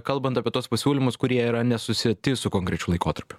kalbant apie tuos pasiūlymus kurie yra nesusieti su konkrečiu laikotarpiu